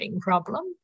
problem